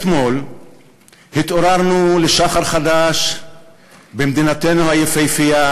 אתמול התעוררנו לשחר חדש במדינתנו היפהפייה